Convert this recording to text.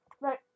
Right